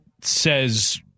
says